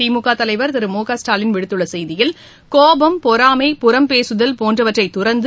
திமுக தலைவர் திரு மு க ஸ்டாலின் விடுத்துள்ள செய்தியில் கோபம் பொறாமை புறம் பேசுதல் போன்றவற்றை துறந்து